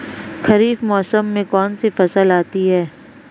खरीफ मौसम में कौनसी फसल आती हैं?